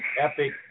epic